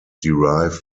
derived